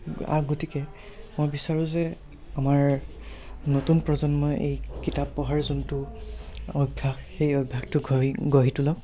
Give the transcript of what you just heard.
গতিকে মই বিচাৰোঁ যে আমাৰ নতুন প্ৰজন্মই এই কিতাপ পঢ়াৰ যোনটো অভ্যাস সেই অভ্যাসটো ঘঢ়ি গঢ়ি তোলক